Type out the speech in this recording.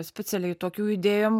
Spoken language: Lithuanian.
specialiai tokių idėjom